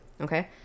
Okay